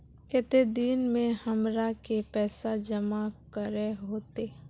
केते दिन में हमरा के पैसा जमा करे होते?